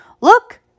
Look